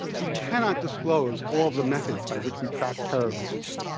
we cannot disclose all of the methods by which we track terrorists.